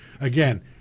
again